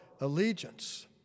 allegiance